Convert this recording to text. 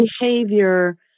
behavior